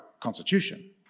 constitution